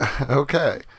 Okay